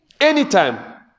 Anytime